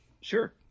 Sure